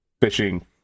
fishing